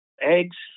eggs